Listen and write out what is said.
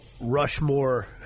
Rushmore